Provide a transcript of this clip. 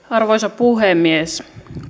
arvoisa puhemies